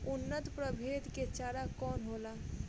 उन्नत प्रभेद के चारा कौन होला?